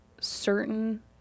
certain